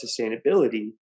sustainability